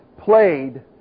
played